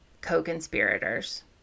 co-conspirators